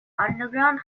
underground